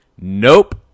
nope